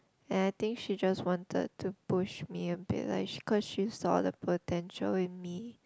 and I think she just wanted to push me a bit like because she saw the potential in me